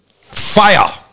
Fire